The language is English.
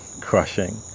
crushing